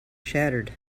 shattered